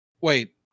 Wait